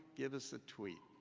give us a tweet.